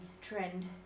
trend